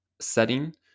setting